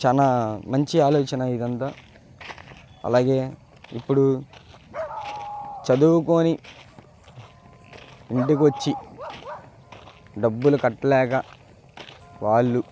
చాలా మంచి ఆలోచన ఇదంతా అలాగే ఇప్పుడు చదువుకోని ఇంటికి వచ్చి డబ్బులు కట్టలేక వాళ్ళు